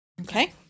Okay